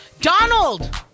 Donald